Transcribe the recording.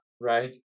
right